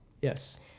yes